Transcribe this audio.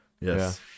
Yes